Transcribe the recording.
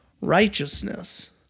righteousness